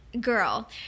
girl